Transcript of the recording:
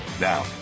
Now